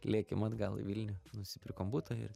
lėkėm atgal į vilnių nusipirkom butą ir